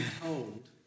told